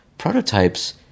Prototypes